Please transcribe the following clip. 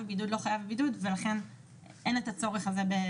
בבידוד לא חייב בבידוד ולכן אין את הצורך הזה.